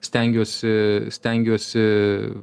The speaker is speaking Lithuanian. stengiuosi stengiuosi